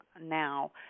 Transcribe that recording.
now